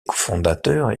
cofondateurs